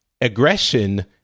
aggression